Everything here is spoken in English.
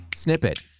Snippet